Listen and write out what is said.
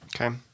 Okay